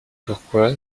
pourquoi